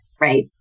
right